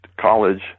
College